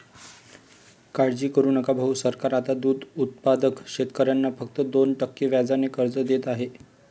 काळजी करू नका भाऊ, सरकार आता दूध उत्पादक शेतकऱ्यांना फक्त दोन टक्के व्याजाने कर्ज देत आहे